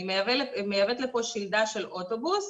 היא מייבאת לפה שלדה של אוטובוס,